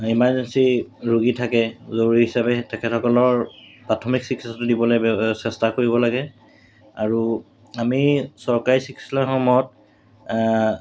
emergency ৰোগী থাকে জৰুৰী হিচাপে তেখেতসকলৰ প্ৰাথমিক চিকিৎসাটো দিবলৈ চেষ্টা কৰিব লাগে আৰু আমি চৰকাৰী চিকিৎসালয়সমূহত